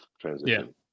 transition